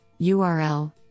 URL